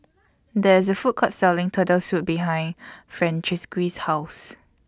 There IS A Food Court Selling Turtle Soup behind Francisqui's House